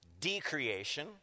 Decreation